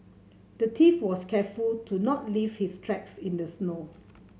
the thief was careful to not leave his tracks in the snow